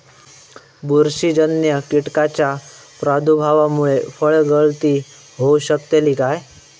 बुरशीजन्य कीटकाच्या प्रादुर्भावामूळे फळगळती होऊ शकतली काय?